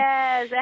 Yes